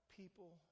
people